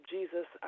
Jesus